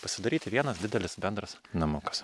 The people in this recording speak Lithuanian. pasidaryti vienas didelis bendras namukas